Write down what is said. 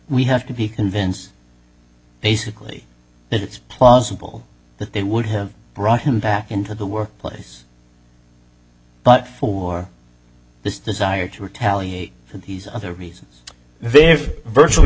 we have to be convinced basically that it's plausible that they would him brought him back into the workplace but for the desire to retaliate for these other reasons they have virtually